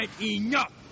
enough